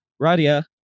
radia